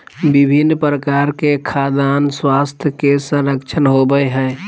विभिन्न प्रकार के खाद्यान स्वास्थ्य के संरक्षण होबय हइ